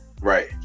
Right